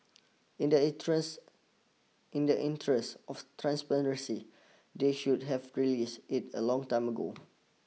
in the interest in the interest of transparency they should have released it a long time ago